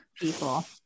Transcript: people